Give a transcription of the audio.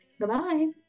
Goodbye